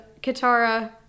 Katara